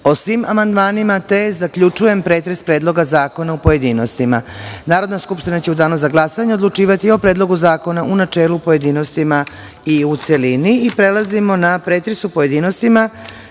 svim amandmanima, zaključujem pretres Predloga zakona, u pojedinostima. Narodna skupština će u Danu za glasanje odlučivati o Predlogu zakona u načelu, pojedinostima i u celini. Prelazimo na pretres u pojedinostima